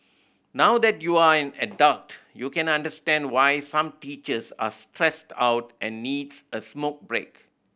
now that you're an adult you can understand why some teachers are stressed out and needs a smoke break